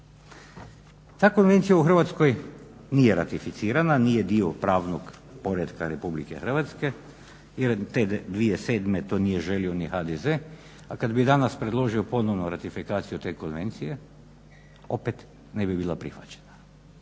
Ta konvencija u Hrvatskoj nije ratificirana, nije dio pravnog poretka Republike Hrvatske jer te 2007. to nije želio ni HDZ, a kad bi danas predložio ponovno ratifikaciju te konvencije opet ne bi bila prihvaćena.